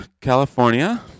California